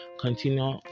continue